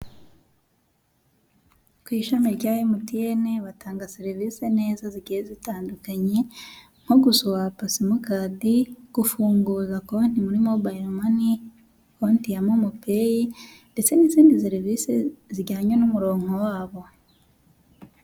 Ku ishami rya MTN, batanga serivisi neza zigiye zitandukanye, nko guswapa simukadi gufunguza konti muri mobayiro mani konti ya momo peyi ndetse n'izindi serivisi zijyanye n'umuronko wabo.